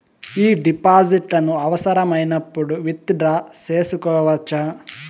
ఈ డిపాజిట్లను అవసరమైనప్పుడు విత్ డ్రా సేసుకోవచ్చా?